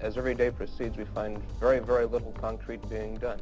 as everyday procedure, find very, very little concrete being done.